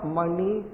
money